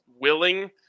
willing